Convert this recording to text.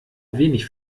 wenig